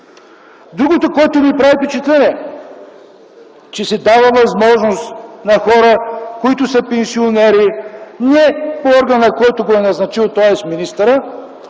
Другото, което ми прави впечатление – че се дава възможност на хора, които са пенсионери не по органа, който ги е назначил, тоест министърът,